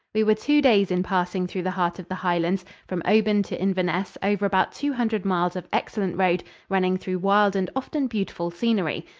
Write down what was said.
we were two days in passing through the heart of the highlands from oban to inverness over about two hundred miles of excellent road running through wild and often beautiful scenery,